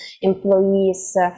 employees